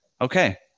Okay